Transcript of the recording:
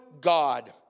God